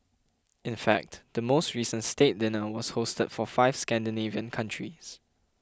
in fact the most recent state dinner was hosted for five Scandinavian countries